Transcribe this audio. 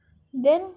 then